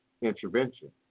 intervention